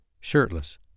Shirtless